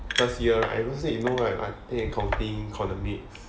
first year I don't say you know right like take accounting economics